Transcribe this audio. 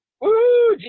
Woo